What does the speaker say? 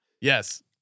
yes